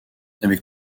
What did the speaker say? avec